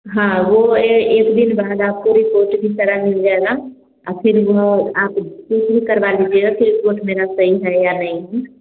हाँ वो एक दिन बाद आपको रिपोर्ट भी सारा मिल जाएगा और फिर वह आप चेक भी करवा लीजिएगा कि रिपोर्ट मेरा सही है या नहीं है